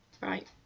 right